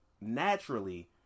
naturally